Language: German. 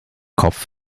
kopf